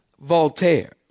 Voltaire